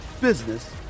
business